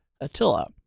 Attila